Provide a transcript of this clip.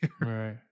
Right